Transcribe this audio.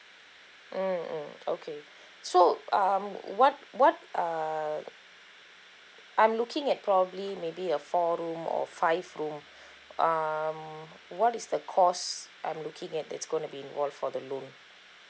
mm mm okay so um what what err I'm looking at probably maybe a four room or five room um what is the cost I'm looking at it's gonna be involved for the loan